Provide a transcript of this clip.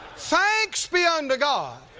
thanks be unto god